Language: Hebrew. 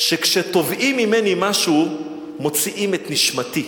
שכשתובעים ממני משהו, מוציאים את נשמתי,